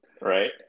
Right